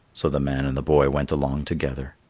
so the man and the boy went along together.